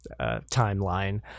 timeline